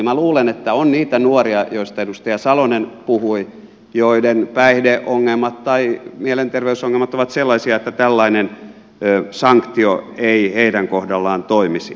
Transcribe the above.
minä luulen että on niitä nuoria joista edustaja salonen puhui joiden päihdeongelmat tai mielenterveysongelmat ovat sellaisia että tällainen sanktio ei heidän kohdallaan toimisi